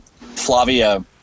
Flavia